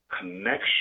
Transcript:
connection